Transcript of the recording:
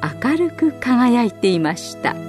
明るく輝いていました。